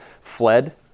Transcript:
fled